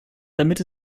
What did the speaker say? damit